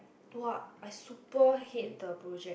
!wah! I super hate the project